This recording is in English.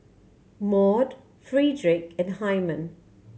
Maude Frederic and Hyman